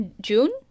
June